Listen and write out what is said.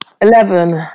Eleven